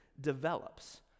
develops